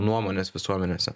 nuomonės visuomenėse